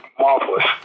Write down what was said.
marvelous